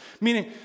Meaning